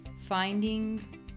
finding